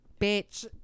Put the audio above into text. bitch